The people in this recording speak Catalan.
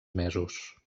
mesos